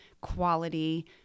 quality